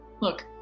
Look